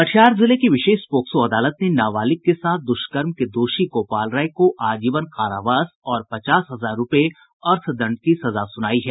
कटिहार जिले की विशेष पोक्सो अदालत ने नाबालिग के साथ द्रष्कर्म के दोषी गोपाल राय को आजीवन कारावास और पचास हजार रूपये अर्थदंड की सजा सुनायी है